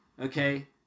Okay